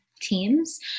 teams